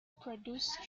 produce